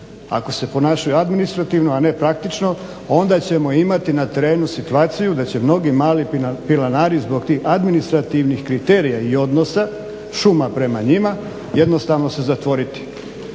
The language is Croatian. ako se ponašaju administrativno a ne praktično onda ćemo imati na terenu situaciju da će mnogi mali pilanari zbog tih administrativnih kriterija i odnosa šuma prema njima jednostavno se zatvoriti.